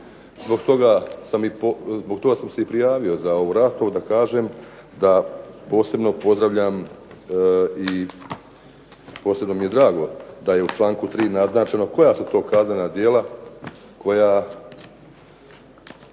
Zbog toga sam se i prijavio za ovu raspravu da kažem da posebno pozdravljam i posebno mi je drago da je u članku 3. naznačeno koja su to kaznena djela kod